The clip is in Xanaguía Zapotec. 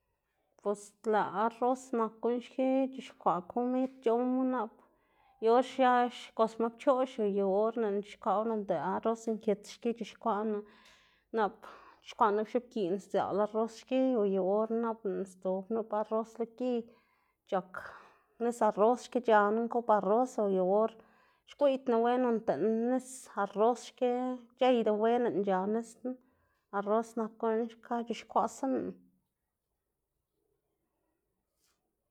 bos lëꞌ arroz nak guꞌn xki c̲h̲ixkwaꞌ komid c̲h̲owma nap yu or xia xgotsma pchoꞌx o yu or lëꞌnu c̲h̲ixkwaꞌwu noꞌnda arroz nkits xki c̲h̲ixkwaꞌnu, nap c̲h̲ixkwaꞌná nup x̱oꞌbgiꞌn sdziaꞌl arroz xki o yu orna nap lëꞌná sdzob nup arroz lo gi c̲h̲ak nis arroz xki c̲h̲aná nkob arroz o yu or xgwiꞌydnu wen noꞌnda nis arrox xki c̲h̲eydu wen lëꞌná c̲h̲a nis knu, arroz nak guꞌn xka c̲h̲ixkwaꞌsaná.